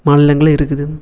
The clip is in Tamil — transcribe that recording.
மாநிலங்களில் இருக்குது